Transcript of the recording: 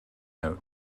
note